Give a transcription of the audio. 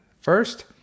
First